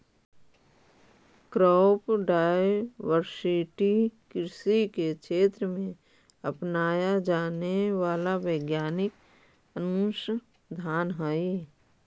crop diversity कृषि के क्षेत्र में अपनाया जाने वाला वैज्ञानिक अनुसंधान हई